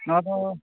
ᱱᱚᱣᱟ ᱫᱚ